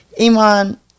Iman